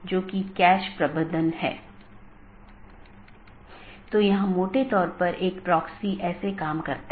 इसलिए जब ऐसी स्थिति का पता चलता है तो अधिसूचना संदेश पड़ोसी को भेज दिया जाता है